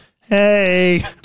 hey